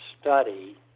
study